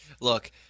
Look